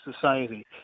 society